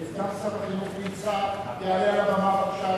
החינוך נמצא ויעלה על הבמה.